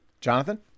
Jonathan